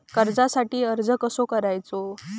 कर्जासाठी अर्ज कसो करायचो?